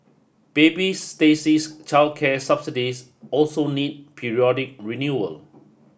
baby Stacey's childcare subsidies also need periodic renewal